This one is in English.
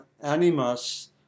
animus